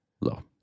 Low